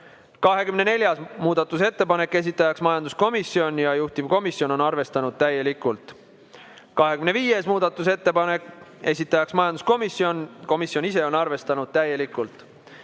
24. muudatusettepanek, esitaja majanduskomisjon ja juhtivkomisjon on arvestanud täielikult. 25. muudatusettepanek, esitaja on majanduskomisjon ja komisjon ise on seda arvestanud täielikult.